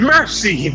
Mercy